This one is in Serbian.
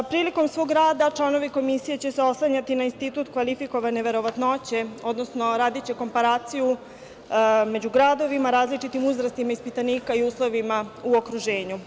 Prilikom svog rada, članovi komisije će se oslanjati na institut kvalifikovane verovatnoće, odnosno radiće komparaciju među gradovima, različitim uzrastima ispitanika i uslovima u okruženju.